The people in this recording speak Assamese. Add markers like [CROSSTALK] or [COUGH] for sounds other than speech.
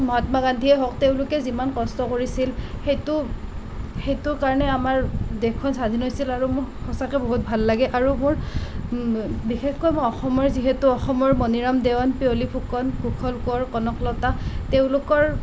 মহাত্মা গান্ধীয়েই হওক তেওঁলোকে যিমান কষ্ট কৰিছিল সেইটো সেইটো কাৰণে আমাৰ দেশখন স্বাধীন হৈছিল আৰু মোৰ সঁচাকৈ বহুত ভাল লাগে আৰু মোৰ [UNINTELLIGIBLE] বিশেষকৈ মই অসমৰ যিহেতু অসমৰ মণিৰাম দেৱাম পিয়লি ফুকন কুশল কোঁৱৰ কনকলতা তেওঁলোকৰ